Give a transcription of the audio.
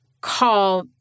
call